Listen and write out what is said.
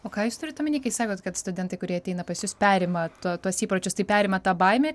o ką jūs turit omeny kai sakot kad studentai kurie ateina pas jus perima tuo tuos įpročius tai perima tą baimę